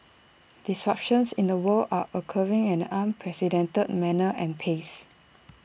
disruptions in the world are occurring at an unprecedented manner and pace